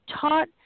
taught